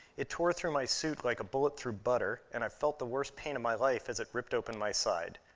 it tore through my suit like a bullet through butter, and i felt the worst pain in my life as it ripped open my side.